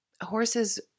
horses